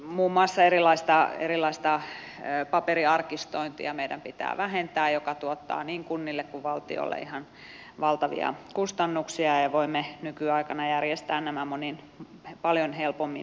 muun muassa erilaista paperiarkistointia meidän pitää vähentää joka tuottaa niin kunnille kuin valtiollekin ihan valtavia kustannuksia ja voimme nykyaikana järjestää nämä monin paljon helpommin tavoin